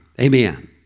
Amen